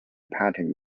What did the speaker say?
pattern